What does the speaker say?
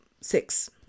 Six